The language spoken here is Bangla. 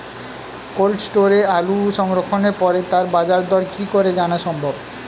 কোল্ড স্টোরে আলু সংরক্ষণের পরে তার বাজারদর কি করে জানা সম্ভব?